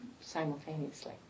Simultaneously